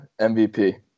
MVP